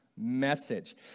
message